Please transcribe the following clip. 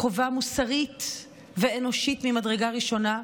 חובה מוסרית ואנושית ממדרגה ראשונה,